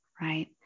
right